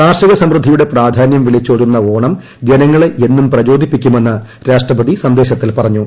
കാർഷിക സമൃദ്ധിയുടെ പ്രാധാനൃം വിളിച്ചോതുന്ന ഓണം ജനങ്ങളെ എന്നും പ്രചോദിപ്പിക്കുമെന്ന് രാഷ്ട്രപതി സന്ദേശത്തിൽ പറഞ്ഞു